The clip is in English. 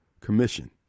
commission